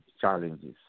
challenges